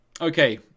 okay